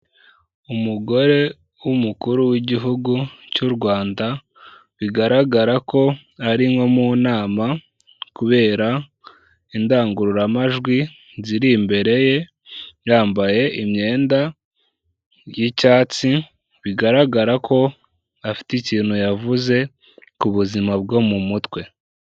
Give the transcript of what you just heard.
Umugore w'umukuru w'igihugu cy'u Rwanda, bigaragara ko ari nko mu nama kubera indangururamajwi ziri imbere ye, yambaye imyenda y'icyatsi, bigaragara ko afite ikintu yavuze ku buzima bwo mu mutwe.